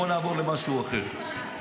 בוא נעבור למשהו אחר.